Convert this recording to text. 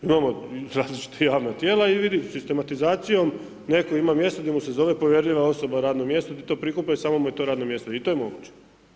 Imamo različita javna tijela i vidi sistematizacijom netko ima mjesta gdje mu se zove povjerljiva osoba radno mjesto gdi to prikuplja i samo mu je to radno mjesto i to je moguće.